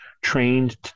trained